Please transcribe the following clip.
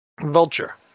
Vulture